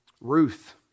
Ruth